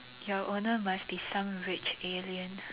your owner must be some rich alien